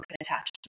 attach